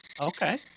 Okay